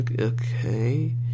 Okay